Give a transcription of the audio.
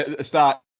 start